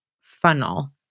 funnel